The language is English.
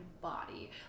body